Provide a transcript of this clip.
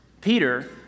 Peter